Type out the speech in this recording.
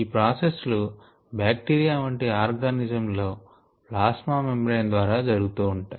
ఈ ప్రాసెస్ లు బ్యాక్తీరియా వంటి ఆర్గానిజం లలో ప్లాస్మా మెంబ్రేన్ ద్వారా జరుగుతూ ఉంటాయి